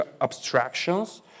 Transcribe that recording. abstractions